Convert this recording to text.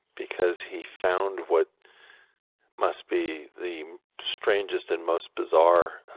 because he found what must be the strangest and most bizarre